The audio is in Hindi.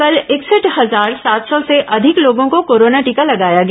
कल इकसठ हजार सात सौ से अधिक लोगों को कोरोना टीका लगाया गया